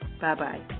Bye-bye